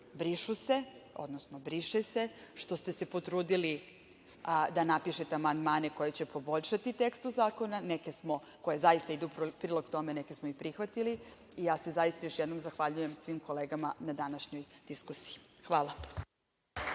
brišu se, odnosno briše se, što ste se potrudili da napišete amandmane koje će poboljšati tekst zakona, neke smo, koje zaista idu u prilog tome, neke smo i prihvatili, i ja se zaista još jednom zahvaljujem svim kolegama na današnjoj diskusiji. Hvala.